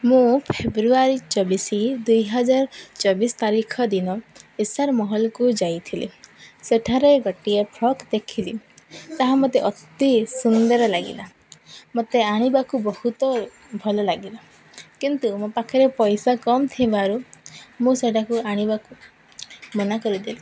ମୁଁ ଫେବୃଆରୀ ଚବିଶି ଦୁଇ ହଜାର ଚବିଶି ତାରିଖ ଦିନ ଏସ୍ଆର୍ ମଲ୍କୁ ଯାଇଥିଲି ସେଠାରେ ଗୋଟିଏ ଫ୍ରକ୍ ଦେଖିଲି ତାହା ମୋତେ ଅତି ସୁନ୍ଦର ଲାଗିଲା ମୋତେ ଆଣିବାକୁ ବହୁତ ଭଲ ଲାଗିଲା କିନ୍ତୁ ମୋ ପାଖରେ ପଇସା କମ୍ ଥିବାରୁ ମୁଁ ସେଟାକୁ ଆଣିବାକୁ ମନା କରିଦେଲି